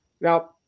Now